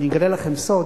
אני אגלה לכם סוד,